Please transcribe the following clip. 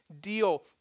deal